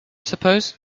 suppose